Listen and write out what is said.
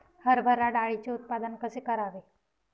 हरभरा डाळीचे उत्पादन कसे करावे?